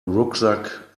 rucksack